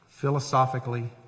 philosophically